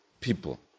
people